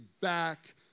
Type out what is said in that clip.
back